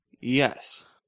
Yes